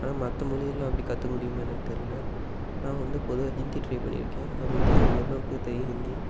ஆனால் மற்ற மொழியெல்லாம் அப்படி கற்றுக்க முடியுமா என்னான்னு தெரியல நான் வந்து பொதுவாக ஹிந்தி ட்ரை பண்ணியிருக்கேன் அது வந்து ஓரளவுக்கு தெரியும் ஹிந்தி